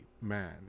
man